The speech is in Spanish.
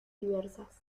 diversas